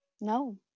No